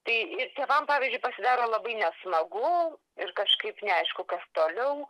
tai ir tėvam pavyzdžiui pasidaro labai nesmagu ir kažkaip neaišku kas toliau